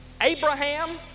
Abraham